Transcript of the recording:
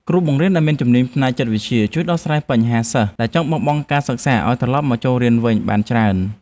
គ្រូបង្រៀនដែលមានជំនាញផ្នែកចិត្តវិទ្យាអាចជួយដោះស្រាយបញ្ហាសិស្សដែលចង់បោះបង់ការសិក្សាឱ្យត្រឡប់មកចូលរៀនវិញបានច្រើន។